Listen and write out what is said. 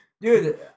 dude